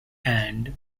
and